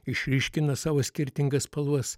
išryškina savo skirtingas spalvas